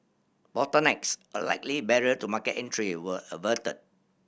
bottlenecks a likely barrier to market entry were averted